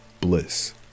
bliss